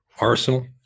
Arsenal